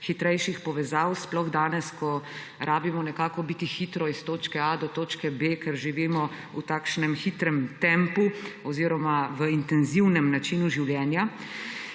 hitrejših povezav, sploh danes, ko rabimo nekako biti hitro iz točke A do točke B, ker živimo v takšnem tempu oziroma v intenzivnem načinu življenja.